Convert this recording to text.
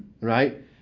right